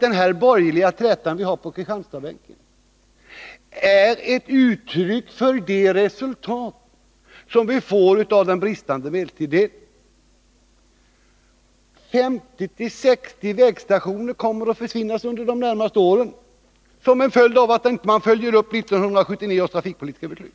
Den här borgerliga trätan på Kristianstadsbänken är ett resultat av den bristande medelstilldelningen. 50-60 vägstationer kommer under de närmaste åren att försvinna som en följd av att man inte följer upp 1979 års trafikpolitiska beslut.